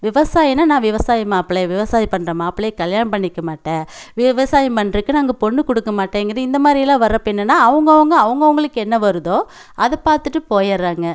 விவசாயம்ன்னா நான் விவசாய மாப்பிளைய விவசாயம் பண்ணுற மாப்பிளைய கல்யாணம் பண்ணிக்க மாட்டேன் விவசாயம் பண்றதுக்கு நாங்கள் பொண்ணு கொடுக்க மாட்டேங்கிறது இந்த மாதிரிலாம் வர்றப்போ என்னென்னா அவங்கவுங்க அவங்கவுங்களுக்கு என்ன வருதோ அதை பார்த்துட்டு போய்ட்றாங்க